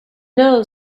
know